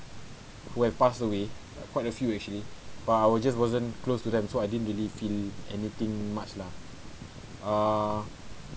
who have passed away quite a few actually but I was just wasn't close to them so I didn't really feel anything much lah err